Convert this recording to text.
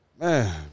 Man